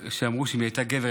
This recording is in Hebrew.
שאמרו שאם היא הייתה גבר,